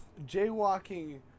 jaywalking